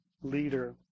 leader